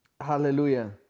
Hallelujah